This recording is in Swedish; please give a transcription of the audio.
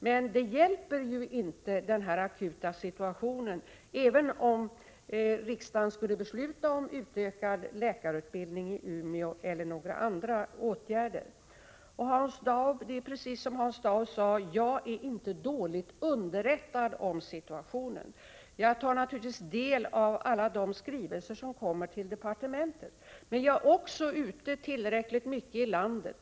Den akuta situationen avhjälps emellertid inte genom att riksdagen fattar beslut om utökad läkarutbildning i Umeå, eller genom några andra åtgärder. Precis som Hans Dau sade är jag inte dåligt underrättad om situationen. Jag tar naturligtvis del av alla de skrivelser som kommer till departementet. Men jag är också ute tillräckligt mycket i landet.